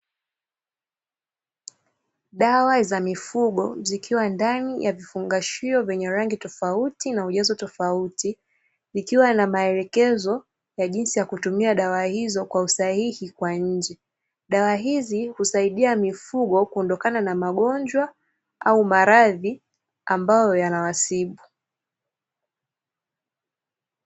Dawa za mifugo zikiwa ndani ya vifungashio tofauti na ujazo tofauti vikiwa na maelekezo ya jinsi yavkutumia dawa hizo kwa usahihi kwa nje, dawa hizi husaidia mifugo kuondokana na magonjwa au maradhi ambayo yanawasibu.